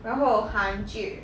然后韩剧